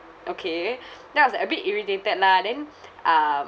okay then I was a bit irritated lah then um